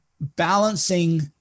balancing